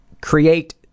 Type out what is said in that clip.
create